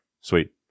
Sweet